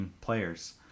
players